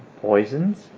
Poisons